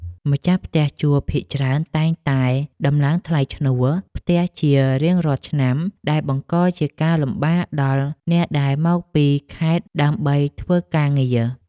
ម្ចាស់ផ្ទះជួលភាគច្រើនតែងតែដំឡើងថ្លៃឈ្នួលផ្ទះជារៀងរាល់ឆ្នាំដែលបង្កជាការលំបាកដល់អ្នកដែលមកពីខេត្តដើម្បីធ្វើការងារ។